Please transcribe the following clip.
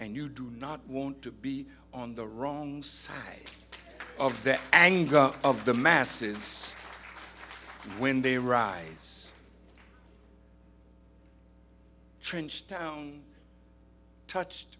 and you do not want to be on the wrong side of the anger of the masses when they arise trenchtown touched